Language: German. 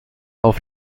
auf